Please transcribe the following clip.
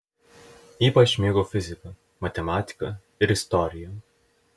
ypač mėgau fiziką matematiką ir istoriją